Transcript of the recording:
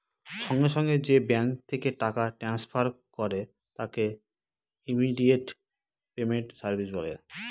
সঙ্গে সঙ্গে যে ব্যাঙ্ক থেকে টাকা ট্রান্সফার করে তাকে ইমিডিয়েট পেমেন্ট সার্ভিস বলে